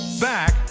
Back